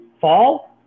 fall